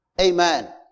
Amen